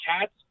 Cats